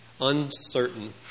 uncertain